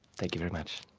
thank you very much.